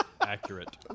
Accurate